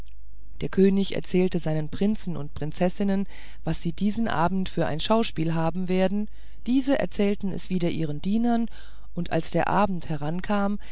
der könig erzählte seinen prinzen und prinzessinnen was sie diesen abend für ein schauspiel haben werden diese erzählten es wieder ihren dienern und als der abend herankam